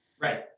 Right